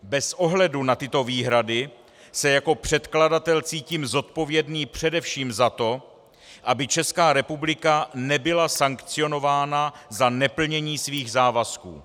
Bez ohledu na tyto výhrady se jako předkladatel cítím zodpovědný především za to, aby Česká republika nebyla sankcionována za neplnění svých závazků.